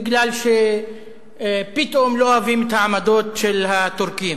כי פתאום לא אוהבים את העמדות של הטורקים?